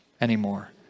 anymore